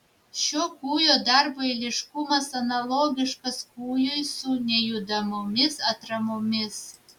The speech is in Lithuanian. šio kūjo darbo eiliškumas analogiškas kūjui su nejudamomis atramomis